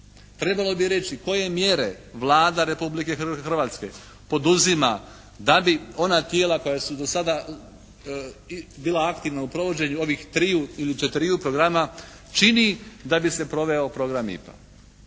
Trebalo bi reći koje mjere Vlada Republike Hrvatske poduzima da bi ona tijela koja su do sada bila aktivna u provođenju ovih triju ili četiriju programa čini da bi se proveo program IPA.